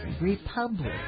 republic